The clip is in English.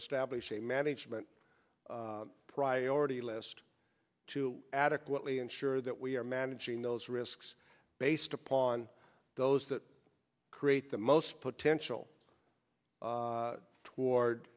establish a management priority list to adequately ensure that we are managing those risks based upon those that create the most potential